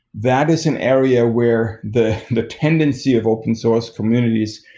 that is an area where the the tendency of open source communities,